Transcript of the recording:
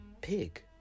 pig